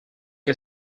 que